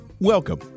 welcome